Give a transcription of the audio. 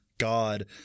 god